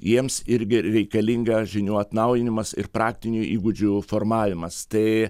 jiems irgi reikalinga žinių atnaujinimas ir praktinių įgūdžių formavimas tai